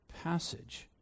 passage